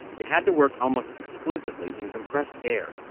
you had to work almost exclusively in compressed air.